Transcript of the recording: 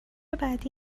بعدی